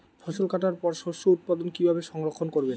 ফসল কাটার পর শস্য উৎপাদন কিভাবে সংরক্ষণ করবেন?